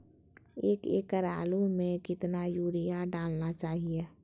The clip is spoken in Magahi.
एक एकड़ आलु में कितना युरिया डालना चाहिए?